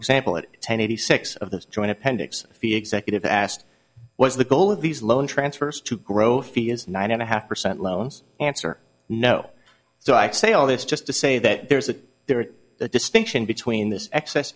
example that ten eighty six of the joint appendix the executive asked was the goal of these loan transfers to grow fee is nine and a half percent loans answer no so i say all this just to say that there is a there is a distinction between this excess